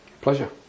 pleasure